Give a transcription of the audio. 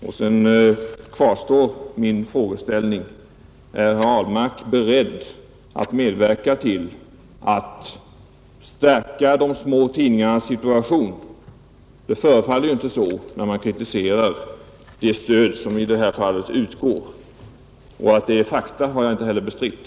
Min fråga kvarstår: Är herr Ahlmark beredd att medverka till att stärka de små tidningarnas situation? Det förefaller inte vara så, när han kritiserar det stöd som här utgår. Fakta när det gäller presstödets omfattning har inte heller jag bestritt.